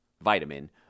vitamin